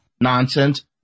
nonsense